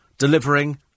Delivering